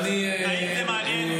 עניינים.